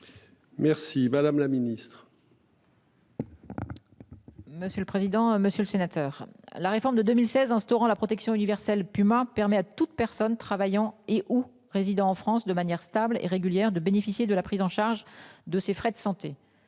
Merci, madame la Ministre.